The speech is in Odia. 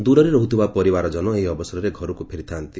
ଦୂରରେ ରହୁଥିବା ପରିବାରଜନ ଏହି ଅବସରରେ ଘରକୁ ଫେରିଥାନ୍ତି